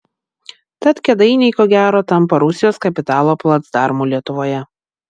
tad kėdainiai ko gero tampa rusijos kapitalo placdarmu lietuvoje